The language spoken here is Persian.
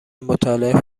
مطالعه